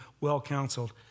well-counseled